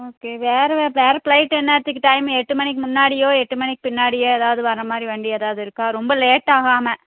okay வேறு வேறு flight என்னத்துக்கு டைம் எட்டு மணிக்கு முன்னாடியோ எட்டு மணிக்கு பின்னாடியோ எதாவது வர மாதிரி வண்டி எதாவது இருக்கா ரொம்ப லேட்டாகாமல்